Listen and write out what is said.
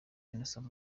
innocent